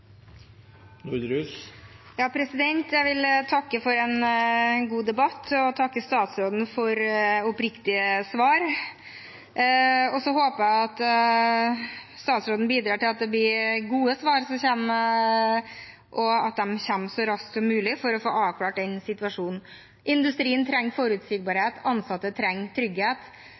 Jeg vil takke for en god debatt og takke statsråden for oppriktige svar. Jeg håper statsråden bidrar til at det blir gode svar som kommer, og at de kommer så raskt som mulig for å få avklart situasjonen. Industrien trenger forutsigbarhet. Ansatte trenger trygghet.